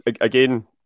again